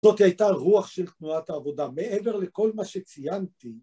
זאת הייתה רוח של תנועת העבודה מעבר לכל מה שציינתי.